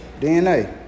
DNA